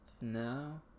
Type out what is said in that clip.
No